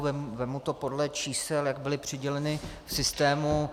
Vezmu to podle čísel, jak byla přidělena v systému.